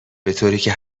بطوریکه